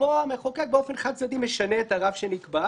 ופה המחוקק באופן חד-צדדי משנה את הרף שנקבע.